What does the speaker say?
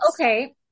okay